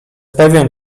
pewien